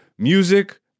Music